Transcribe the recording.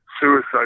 suicide